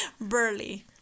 Burly